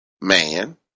man